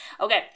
Okay